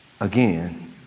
Again